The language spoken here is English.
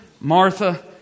Martha